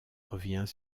revient